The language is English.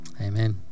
amen